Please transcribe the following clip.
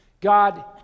God